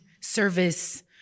service